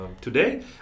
Today